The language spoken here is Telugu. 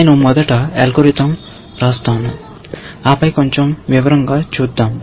నేను మొదట అల్గోరిథం వ్రాస్తాను ఆపై కొంచెం వివరంగా చూద్దాం